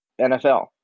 NFL